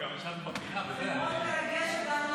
זה מאוד מרגש אותנו,